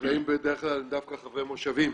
החקלאים הם דווקא חברי מושבים.